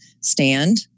stand